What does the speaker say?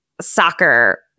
soccer